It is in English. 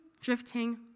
drifting